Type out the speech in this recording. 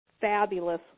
fabulous